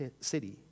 city